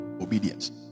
Obedience